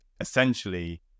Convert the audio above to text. essentially